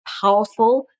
powerful